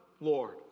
Lord